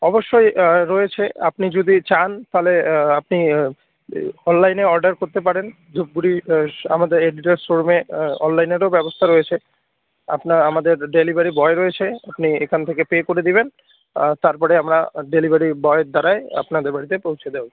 অবশ্যই রয়েছে আপনি যদি চান তালে আপনি অনলাইনে অর্ডার করতে পারেন ধুপগুড়ির আমাদের এডিডাস শোরুমে অনলাইনেরও ব্যবস্থা রয়েছে আপনা আমাদের ডেলিভারি বয় রয়েছে আপনি এখান থেকে পে করে দেবেন তারপরে আমরা ডেলিভারি বয়ের দ্বারাই আপনাদের বাড়িতে পৌঁছে দেবো